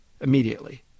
Immediately